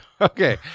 Okay